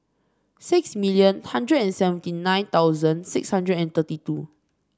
six million hundred and seventy nine thousand six hundred and thirty two